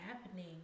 happening